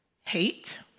hate